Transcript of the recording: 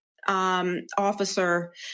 Officer